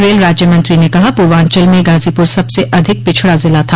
rail राज्यमंत्री ने कहा पूर्वांचल में गाजीपुर सबसे अधिक पिछड़ा जिला था